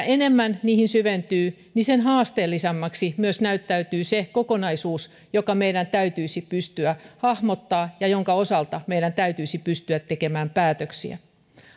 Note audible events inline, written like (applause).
(unintelligible) enemmän niihin syventyy sen haasteellisempana myös näyttäytyy se kokonaisuus joka meidän täytyisi pystyä hahmottamaan ja jonka osalta meidän täytyisi pystyä tekemään päätöksiä